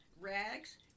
rags